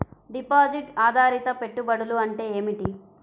Deposit ఆధారిత పెట్టుబడులు అంటే ఏమిటి?